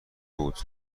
بود